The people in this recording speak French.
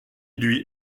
lui